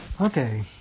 Okay